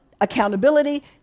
accountability